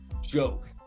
joke